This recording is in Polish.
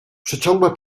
przeciągła